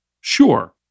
Sure